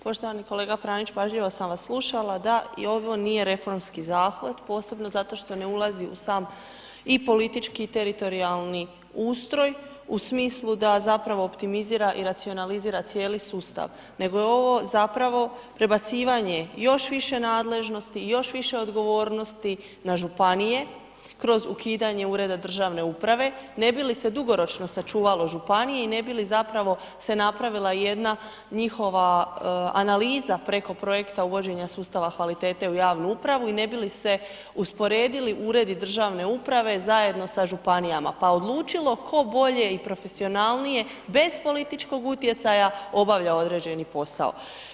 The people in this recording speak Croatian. Poštovani kolega Pranić, pažljivo sam vas slušala, da i ovo nije reformski zahvat, posebno zato što ne ulazi u sam i politički i teritorijalni ustroj u smislu da zapravo optimizira i racionalizira cijeli sustav, nego je ovo zapravo prebacivanje još više nadležnosti, još više odgovornosti na županije kroz ukidanje ureda državne uprave ne bi li se dugoročno sačuvalo županije i ne bi li zapravo se napravila jedna njihova analiza preko uvođenja sustava kvalitete u javnu upravu i ne bi li se usporedili uredi državne uprave zajedno sa županijama, pa odlučilo tko bolje i profesionalnije bez političkog utjecaja, obavlja određeni posao.